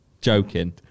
Joking